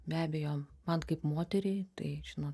be abejo man kaip moteriai tai žinot